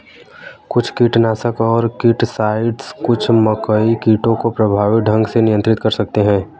कुछ कीटनाशक और मिटसाइड्स कुछ मकई कीटों को प्रभावी ढंग से नियंत्रित कर सकते हैं